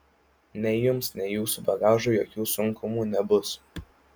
nei jums nei jūsų bagažui jokių sunkumų nebus